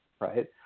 right